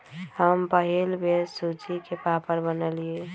हम पहिल बेर सूज्ज़ी के पापड़ बनलियइ